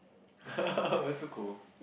why so cool